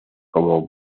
como